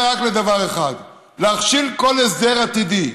רק לדבר אחד: להכשיל כל הסדר עתידי.